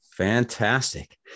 Fantastic